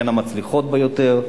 בין המצליחות ביותר.